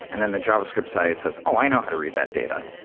and then the javascript side says, oh, i know how to read that data,